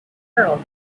herald